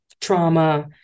trauma